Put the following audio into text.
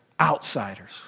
outsiders